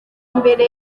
imbere